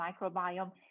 microbiome